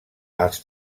els